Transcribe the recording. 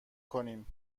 کنیم